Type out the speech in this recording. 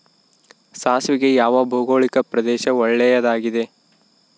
ಸಾಸಿವೆಗೆ ಯಾವ ಭೌಗೋಳಿಕ ಪ್ರದೇಶ ಒಳ್ಳೆಯದಾಗಿದೆ?